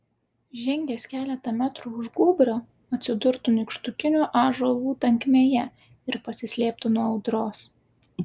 žengęs keletą metrų už gūbrio atsidurtų nykštukinių ąžuolų tankmėje ir pasislėptų nuo audros